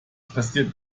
passiert